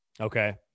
okay